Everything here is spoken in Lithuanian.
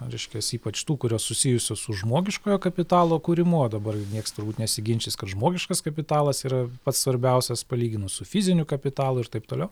reiškias ypač tų kurios susijusios su žmogiškojo kapitalo kūrimu o dabar jau nieks turbūt nesiginčys kad žmogiškas kapitalas yra pats svarbiausias palyginus su fiziniu kapitalu ir taip toliau